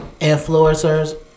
Influencers